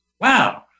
Wow